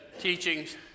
teachings